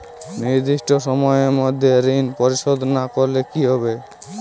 নির্দিষ্ট সময়ে মধ্যে ঋণ পরিশোধ না করলে কি হবে?